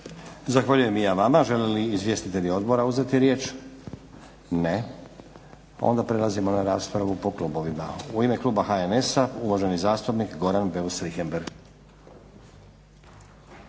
Zahvaljujem i ja vama. Žele li izvjestitelji odbora uzeti riječ? Ne. Onda prelazimo na raspravu po klubovima. U ime kluba HNS-a uvaženi zastupnik Goran Beus Richembergh.